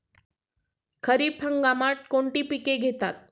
खरीप हंगामात कोणती पिके घेतात?